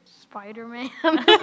Spider-Man